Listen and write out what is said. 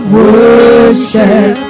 worship